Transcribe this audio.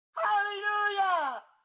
hallelujah